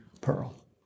pearl